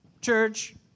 church